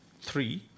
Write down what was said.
Three